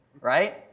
right